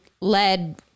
led